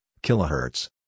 Kilohertz